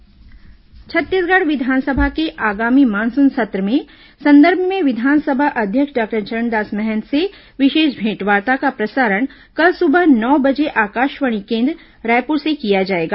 विधानसभा अध्यक्ष मेंटवार्ता छत्तीसगढ़ विधानसभा के आगामी मानसून सत्र के संदर्भ में विधानसभा अध्यक्ष डॉक्टर चरणदास महंत से विशेष भेंटवार्ता का प्रसारण कल सुबह नौ बजे आकाशवाणी केन्द्र रायपुर से किया जाएगा